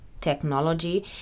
Technology